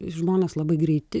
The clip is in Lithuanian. žmonės labai greiti